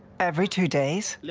every two days? yeah